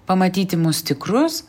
pamatyti mus tikrus